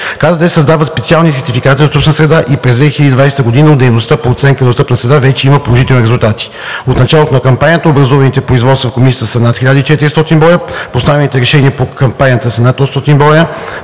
среда. КЗД създава специални сертификати за достъпна среда и през 2020 г. от дейностите по оценка на достъпната среда вече има положителни резултати. От началото на кампанията образуваните производства в Комисията са над 1400 броя, постановените решения по кампанията са над 800 броя,